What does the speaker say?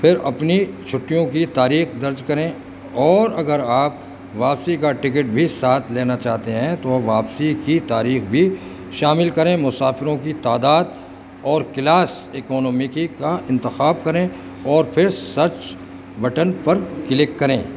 پھر اپنی چھٹیوں کی تاریخ درج کریں اور اگر آپ واپسی کا ٹکٹ بھی ساتھ لینا چاہتے ہیں تو وہ واپسی کی تاریخ بھی شامل کریں مسافروں کی تعداد اور کلاس اکونومیکی کا انتخاب کریں اور پھر سرچ بٹن پر کلک کریں